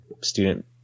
student